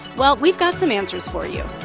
well, we've got some answers for you